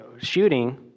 shooting